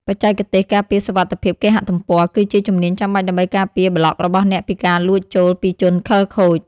បច្ចេកទេសការពារសុវត្ថិភាពគេហទំព័រ គឺជាជំនាញចាំបាច់ដើម្បីការពារប្លក់របស់អ្នកពីការលួចចូលពីជនខិលខូច។